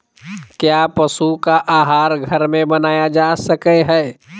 क्या पशु का आहार घर में बनाया जा सकय हैय?